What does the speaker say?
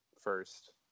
first